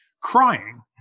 crying